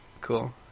Cool